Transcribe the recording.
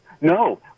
No